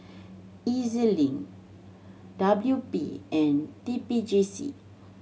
E Z Link W P and T P J C